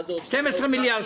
מה זה עושה לאוצר,